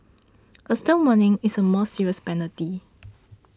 a stern warning is a more serious penalty